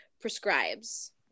prescribes